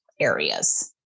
areas